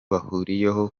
bahuriyeho